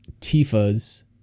Tifa's